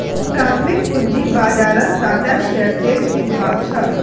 प्राथमिक पूंजी बाजारत टाटा शेयर्सेर की भाव छ